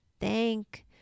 thank